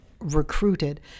recruited